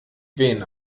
wehen